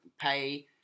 pay